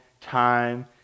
time